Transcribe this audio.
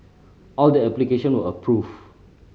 all the application were approved